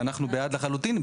ואנחנו בעד לחלוטין,